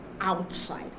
outside